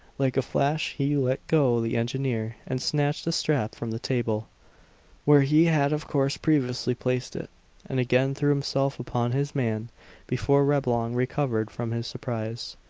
like a flash he let go the engineer and snatched a strap from the table where he had of course previously placed it and again threw himself upon his man before reblong recovered from his surprise.